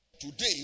Today